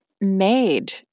made